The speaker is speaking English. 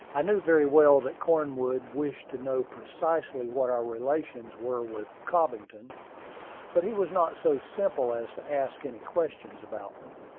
i knew very well that cornwood wished to know precisely what our relations were with cobbington but he was not so simple as to ask any questions about them.